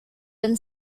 been